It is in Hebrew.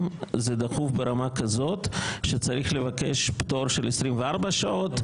זה דחוף ברמה כזאת שצריך לבקש פטור של 24 שעות,